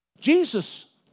Jesus